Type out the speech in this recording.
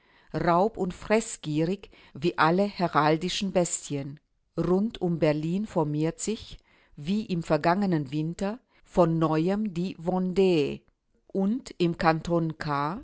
raub und freßgierig wie alle heraldischen bestien rund um berlin formiert sich wie im vergangenen winter von neuem die vende und im kanton